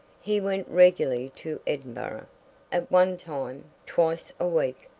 he went regularly to edinburgh at one time twice a week,